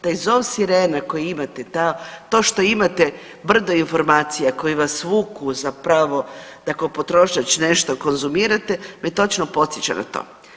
Taj zove sirena kojim imate, to što imate brdo informacija koje vas vuku zapravo da kao potrošač nešto konzumirate me točno podsjeća na to.